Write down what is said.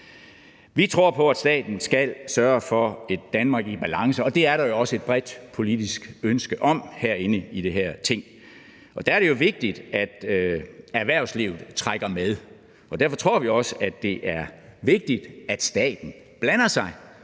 Vi tror på, at staten skal sørge for et Danmark i balance, og det er der jo også et bredt politisk ønske om herinde i det her Ting, og der er det vigtigt, at erhvervslivet trækker med, og derfor tror vi også, at det er vigtigt, at staten blander sig